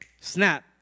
snap